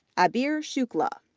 abir shukla,